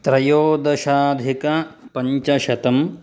त्रयोदशाधिकपञ्चशतम्